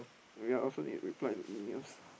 ya I also need reply to emails